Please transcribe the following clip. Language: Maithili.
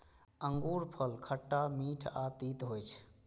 अंगूरफल खट्टा, मीठ आ तीत होइ छै